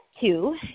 two